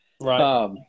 Right